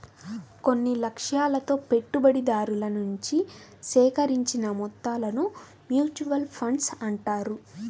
కొన్ని లక్ష్యాలతో పెట్టుబడిదారుల నుంచి సేకరించిన మొత్తాలను మ్యూచువల్ ఫండ్స్ అంటారు